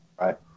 right